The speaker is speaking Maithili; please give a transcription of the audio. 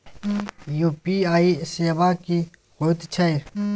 यु.पी.आई सेवा की होयत छै?